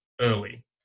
early